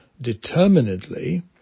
determinedly